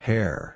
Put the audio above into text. Hair